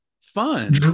fun